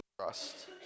trust